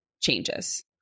changes